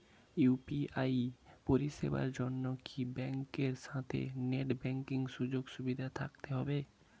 UPI পরিষেবার জন্য কি ব্যাংকের সাথে নেট ব্যাঙ্কিং সুযোগ সুবিধা থাকতে হবে?